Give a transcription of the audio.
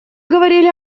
говорили